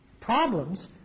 problems